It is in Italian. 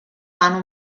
vano